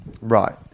Right